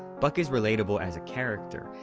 buck is relatable as a character.